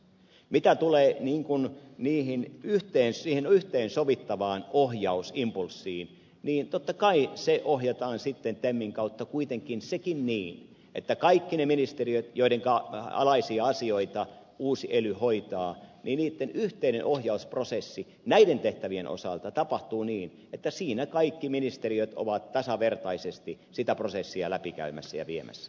mitä tulee siihen yhteen sovittavaan ohjausimpulssiin niin totta kai se ohjataan sitten temmin kautta kuitenkin sekin niin että kaikkien niitten ministeriöitten joidenka alaisia asioita uusi ely hoitaa yhteinen ohjausprosessi näiden tehtävien osalta tapahtuu niin että siinä kaikki ministeriöt ovat tasavertaisesti sitä prosessia läpi käymässä ja viemässä